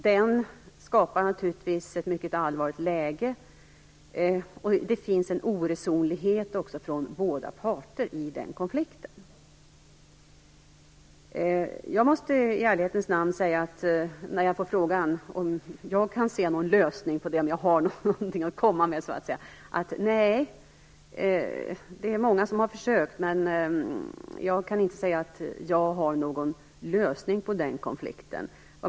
Den skapar naturligtvis ett mycket allvarligt läge, och det finns en oresonlighet hos båda parter i den konflikten. När jag får frågan om jag kan se en lösning eller har någonting att komma med måste jag i ärlighetens namn säga: nej. Många har gjort försök, men jag kan inte säga att jag kan komma med någon lösning på den här konflikten.